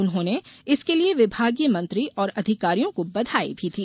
उन्होंने इसके लिए विभागीय मंत्री और अधिकारियों को बधाई भी दी